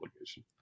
obligation